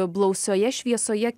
blausioje šviesoje